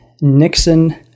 Nixon